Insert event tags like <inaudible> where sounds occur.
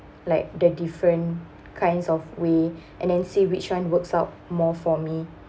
like the different kinds of way <breath> and then see which [one] works out more for me